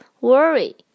worry